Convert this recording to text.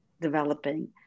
developing